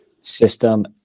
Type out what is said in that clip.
system